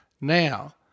Now